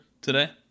today